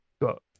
Got